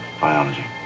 biology